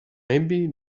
maybe